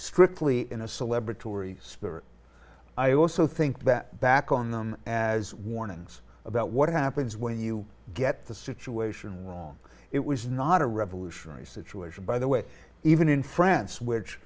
strictly in a celebratory spirit i also think that back on them as warnings about what happens when you get the situation wrong it was not a revolutionary situation by the way even in france which